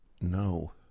No